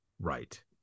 right